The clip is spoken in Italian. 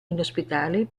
inospitali